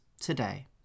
today